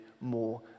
more